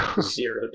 Zero